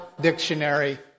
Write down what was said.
dictionary